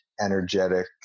energetic